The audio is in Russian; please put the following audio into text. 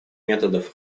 методов